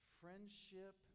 friendship